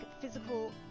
physical